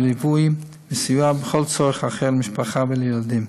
וליווי וסיוע בכל צורך אחר למשפחה ולילדים.